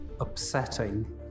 upsetting